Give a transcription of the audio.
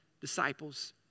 disciples